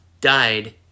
died